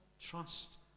trust